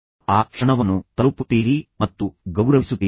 ತದನಂತರ ನೀವು ಆ ಕ್ಷಣವನ್ನು ತಲುಪುತ್ತೀರಿ ಮತ್ತು ನಂತರ ನೀವು ಅದನ್ನು ಗೌರವಿಸುತ್ತೀರಿ